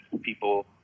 people